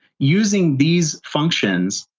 using these functions,